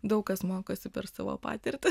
daug kas mokosi per savo patirtį